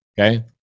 Okay